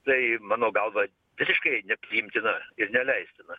tai mano galva visiškai nepriimtina ir neleistina